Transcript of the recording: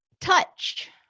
touch